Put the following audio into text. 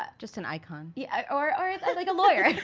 ah just an icon. yeah or, or like a lawyer